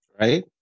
Right